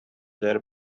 their